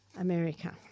America